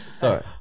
Sorry